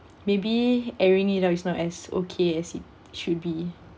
maybe airing it out is not as okay as it should be